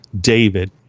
David